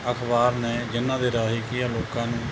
ਅਖ਼ਬਾਰ ਨੇ ਜਿਨ੍ਹਾਂ ਦੇ ਰਾਹੀਂ ਕੀ ਆ ਲੋਕਾਂ ਨੂੰ